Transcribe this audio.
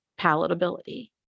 palatability